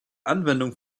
anwendung